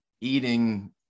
eating